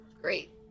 Great